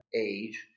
age